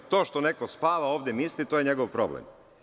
To što neko spava ovde, misli, to je njegov problem.